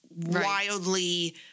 wildly